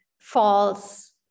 false